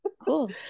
Cool